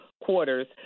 quarters